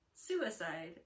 suicide